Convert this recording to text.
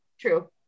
True